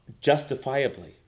justifiably